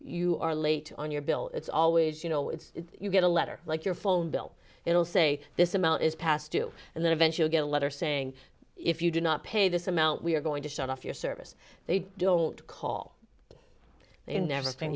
you are late on your bill it's always you know it's you get a letter like your phone bill it'll say this amount is past due and then eventually get a letter saying if you do not pay this amount we are going to shut off your service they don't call they never